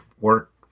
work